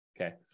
Okay